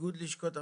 איגוד לשכות המסחר.